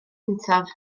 cyntaf